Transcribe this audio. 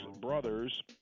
brothers